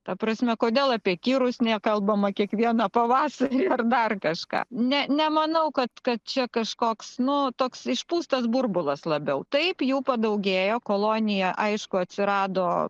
ta prasme kodėl apie kirus nekalbama kiekvieną pavasarį ar dar kažką ne nemanau kad kad čia kažkoks nu toks išpūstas burbulas labiau taip jų padaugėjo kolonija aišku atsirado